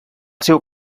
seu